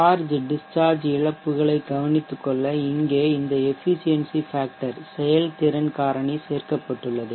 charge discharge இழப்புகளை கவனித்துக்கொள்ள இங்கே இந்த எஃபிசியென்சி ஃபேக்டர் செயல்திறன் காரணி சேர்க்கப்பட்டுள்ளது